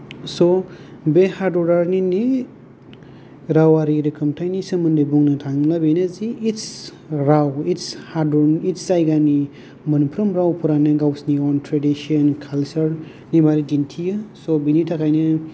स' बे हादरारिनि रावारि रोखोमथायनि सोमोन्दै बुंनो थाङोब्ला बेनो जि इत्स राव इत्स हादर इत्स जायगानि मोनफ्रोम रावफोरानो गावसोरनि अउन त्रेदिसन काल्सार नि बागै दिन्थियो स' बिनि थाखायनो